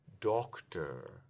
doctor